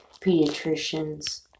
pediatricians